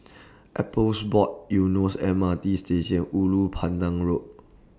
Appeals Board Eunos M R T Station Ulu Pandan Road